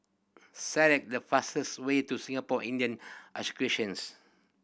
the fastest way to Singapore Indian